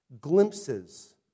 glimpses